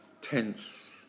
tense